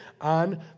on